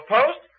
Post